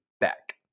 back